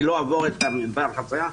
אני לא אעבור במעבר חציה?